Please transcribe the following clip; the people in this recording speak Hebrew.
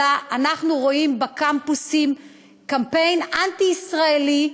אלא אנחנו רואים בקמפוסים קמפיין אנטי-ישראלי,